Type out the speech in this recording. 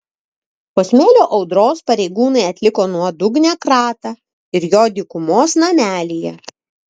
po smėlio audros pareigūnai atliko nuodugnią kratą ir jo dykumos namelyje